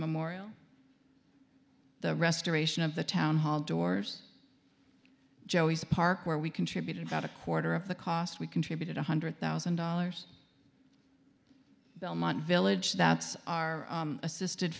memorial the restoration of the town hall doors joeys park where we contributed about a quarter of the cost we contributed one hundred thousand dollars village that's our assisted